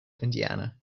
indiana